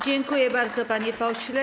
Dziękuję bardzo, panie pośle.